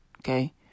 okay